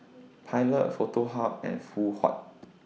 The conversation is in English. Pilot A Foto Hub and Phoon Huat